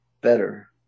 better